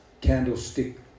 candlestick